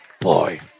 Boy